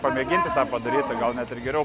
pamėginti tą padaryti gal net ir geriau